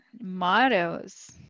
Mottos